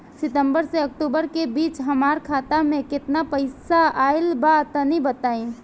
सितंबर से अक्टूबर के बीच हमार खाता मे केतना पईसा आइल बा तनि बताईं?